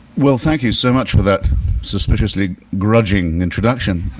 well, thank you so much for that suspiciously grudging introduction.